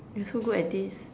we're so good at this